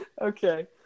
Okay